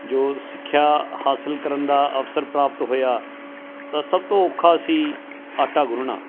ਜੋ ਸਿੱਖਿਆ ਹਾਸਿਲ ਕਰਨ ਦਾ ਅਵਸਰ ਪ੍ਰਾਪਤ ਹੋਇਆ ਤਾਂ ਸਭ ਤੋਂ ਔਖਾ ਸੀ ਆਟਾ ਗੁੰਨਣਾ